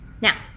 Now